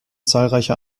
zahlreicher